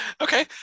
Okay